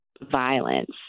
violence